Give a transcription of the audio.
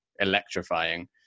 electrifying